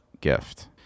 gift